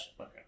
Okay